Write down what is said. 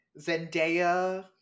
Zendaya